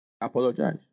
Apologize